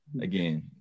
again